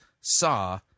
saw